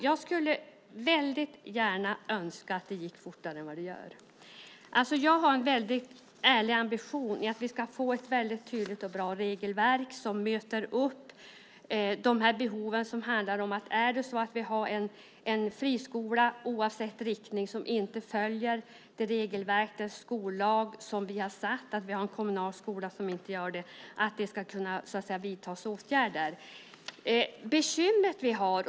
Jag skulle gärna önska att det kunde gå fortare än det gör. Jag har en ärlig ambition att vi ska få ett tydligt och bra regelverk som möter de behov som handlar om att om en friskola, oavsett riktning, eller en kommunal skola inte följer regelverk och skollag ska åtgärder kunna vidtas.